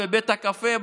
בבית הקפה,